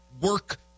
work